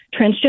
transgender